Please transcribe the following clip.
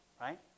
Right